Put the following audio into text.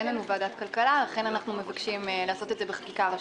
אין לנו כרגע ועדת כלכלה ולכן אנחנו מבקשים לעשות את זה בחקיקה ראשית.